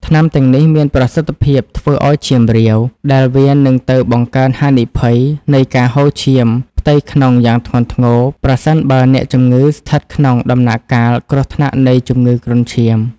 ថ្នាំទាំងនេះមានប្រសិទ្ធភាពធ្វើឱ្យឈាមរាវ ដែលវានឹងទៅបង្កើនហានិភ័យនៃការហូរឈាមផ្ទៃក្នុងយ៉ាងធ្ងន់ធ្ងរ ប្រសិនបើអ្នកជំងឺស្ថិតក្នុងដំណាក់កាលគ្រោះថ្នាក់នៃជំងឺគ្រុនឈាម។